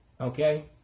Okay